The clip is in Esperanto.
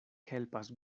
helpas